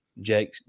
Jake